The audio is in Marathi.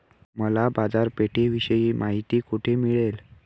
मला बाजारपेठेविषयी माहिती कोठे मिळेल?